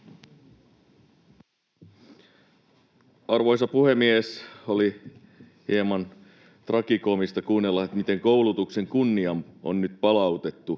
Arvoisa puhemies! Oli hieman tragikoomista kuunnella, miten koulutuksen kunnia on nyt palautettu,